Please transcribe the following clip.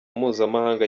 mpuzamahanga